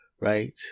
right